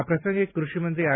આ પ્રસંગે કૃષિમંત્રી આર